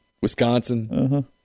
Wisconsin